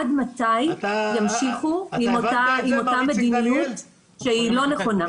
עד מתי ימשיכו עם אותה מדיניות שהיא לא נכונה.